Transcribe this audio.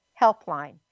Helpline